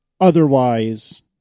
otherwise